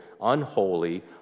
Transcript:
unholy